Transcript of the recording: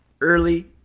early